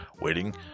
waiting